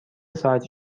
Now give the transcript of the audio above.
ساعتی